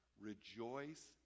Rejoice